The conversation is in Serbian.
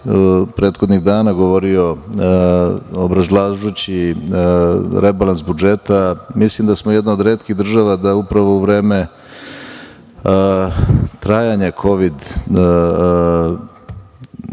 prethodnih dana govorio obrazlažući rebalans budžeta, mislim da smo jedna od retkih država da upravo u vreme trajanja kovid